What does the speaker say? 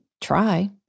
try